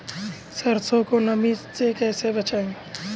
सरसो को नमी से कैसे बचाएं?